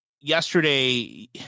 yesterday